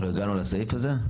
אנחנו הגענו לסעיף הזה?